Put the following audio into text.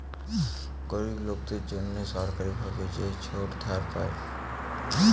গরিব লোকদের জন্যে সরকারি ভাবে যে ছোট ধার পায়